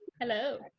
Hello